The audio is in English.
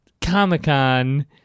comic-con